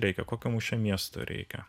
reikia kokio mums čia miesto reikia